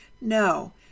No